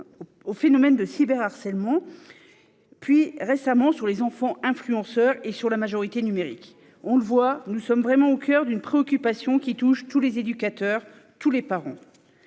au phénomène de cyberharcèlement ; récemment, nous l'avons fait sur les enfants influenceurs et sur la majorité numérique. On le voit, nous sommes véritablement au coeur d'une préoccupation qui touche tous les éducateurs, tous les parents.